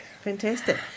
Fantastic